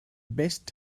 best